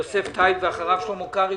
יוסף טייב ואחריו שלמה קרעי,